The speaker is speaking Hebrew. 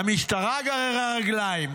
המשטרה גררה רגליים.